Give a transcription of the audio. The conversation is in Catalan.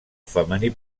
femení